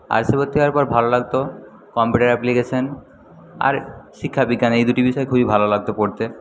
আর্টসে ভর্তি হওয়ার পর ভালো লাগত কম্পিউটার অ্যাপ্লিকেশান আর শিক্ষাবিজ্ঞান এই দুটি বিষয় খুবই ভালো লাগত পড়তে